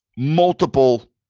Multiple